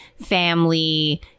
family